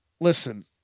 Listen